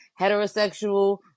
heterosexual